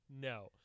No